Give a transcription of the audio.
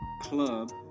Club